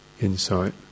insight